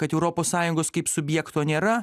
kad europos sąjungos kaip subjekto nėra